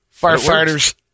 Firefighters